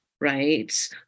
right